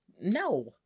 No